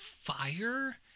fire